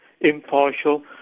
impartial